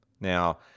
Now